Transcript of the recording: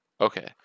Okay